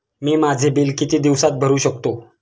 मी माझे बिल किती दिवसांत भरू शकतो?